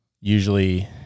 Usually